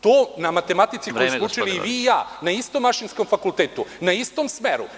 To na matematici koju smo učili i vi i ja, na istom mašinskom fakultetu, na istom smeru.